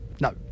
No